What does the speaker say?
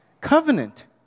covenant